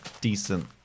decent